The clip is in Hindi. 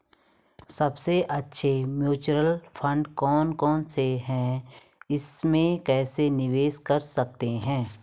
सबसे अच्छे म्यूचुअल फंड कौन कौनसे हैं इसमें कैसे निवेश कर सकते हैं?